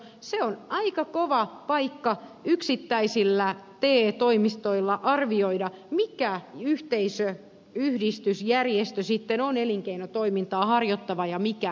se on aika kova paikka yksittäisillä te toimistoilla arvioida mikä yhteisö yhdistys järjestö sitten on elinkeinotoimintaa harjoittava ja mikä ei